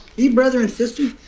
you brother and sister?